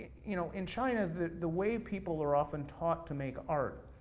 you know, in china, the the way people are often taught to make art,